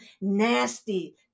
nasty